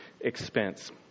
expense